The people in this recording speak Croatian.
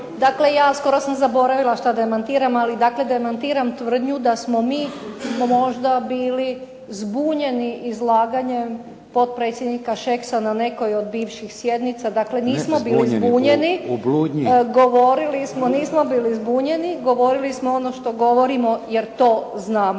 Dakle, ja skoro sam zaboravila što demantiram. Ali demantiram tvrdnju da smo mi možda bili zbunjeni izlaganjem potpredsjednika Šeks na nekoj od bivših sjednica. ... /Upadica se ne razumije./... Dakle, nismo bili zbunjeni. Govorili smo ono što govorimo jer to znamo